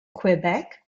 quebec